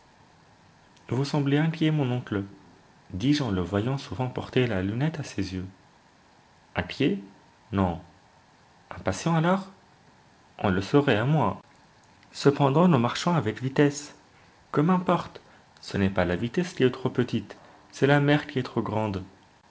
vous semblez inquiet mon oncle dis-je en le voyant souvent porter la lunette à ses yeux inquiet non impatient alors on le serait à moins cependant nous marchons avec vitesse que m'importe ce n'est pas la vitesse qui est trop petite c'est la mer qui est trop grande